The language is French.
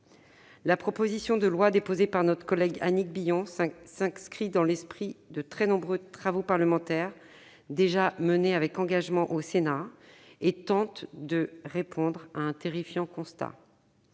La proposition de loi déposée par notre collègue Annick Billon s'inscrit dans l'esprit de très nombreux travaux parlementaires déjà menés avec engagement au Sénat et tente de répondre à un terrifiant constat